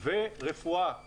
ורפואה מהבית.